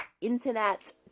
Internet